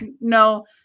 No